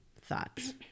thoughts